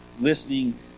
listening